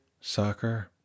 soccer